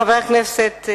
חברי הכנסת,